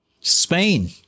Spain